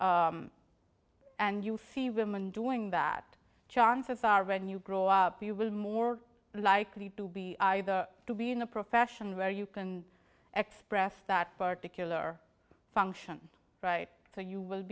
and you feel women doing that chances are when you grow up you will more likely to be either to be in a profession where you can express that particular function right so you will